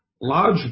large